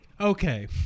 Okay